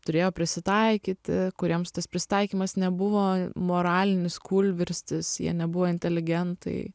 turėjo prisitaikyti kuriems tas prisitaikymas nebuvo moralinis kūlvirstis jie nebuvo inteligentai